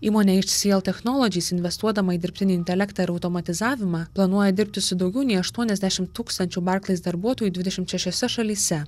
įmonė iš si el technolodžys investuodama į dirbtinį intelektą ir automatizavimą planuoja dirbti su daugiau nei aštuoniasdešimt tūkstančių barklais darbuotojų dvidešimt šešiose šalyse